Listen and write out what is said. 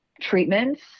treatments